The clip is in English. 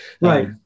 Right